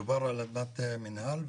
מדובר על אדמת מנהל.